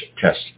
test